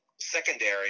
secondary